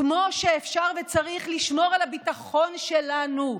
כמו שאפשר וצריך לשמור על הביטחון שלנו,